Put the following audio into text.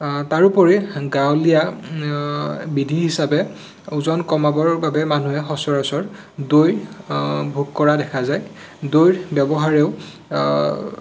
তাৰোপৰি গাঁৱলীয়া বিধি হিচাপে ওজন কমাবৰ বাবে মানুহে সচৰাচৰ দৈ ভোগ কৰা দেখা যায় দৈৰ ব্যৱহাৰেও